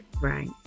Right